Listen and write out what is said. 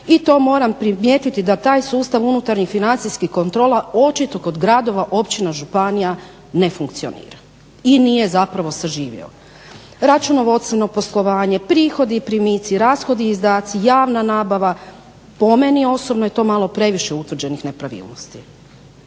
i to moram primijetiti da taj sustav unutarnjih financijskih kontrola očito kod gradova, općina, županija ne funkcionira i nije zapravo saživio. Računovodstveno poslovanje, prihodi i primitci, rashodi i izdatci, javna nabava. Po meni osobno je to malo previše utvrđenih nepravilnosti.